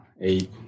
eight